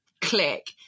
click